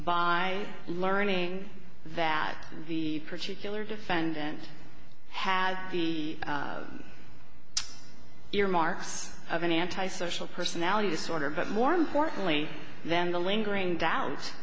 by learning that the particular defendant has the earmarks of an anti social personality disorder but more importantly than the lingering doubt